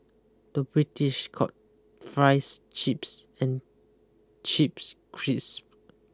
the British calls fries chips and chips crisp